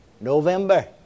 November